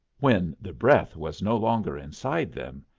when the breath was no longer inside them,